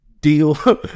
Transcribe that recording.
deal